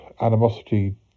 animosity